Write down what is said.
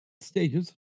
stages